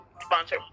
sponsor